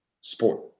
sport